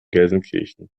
gelsenkirchen